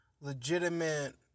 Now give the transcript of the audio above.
legitimate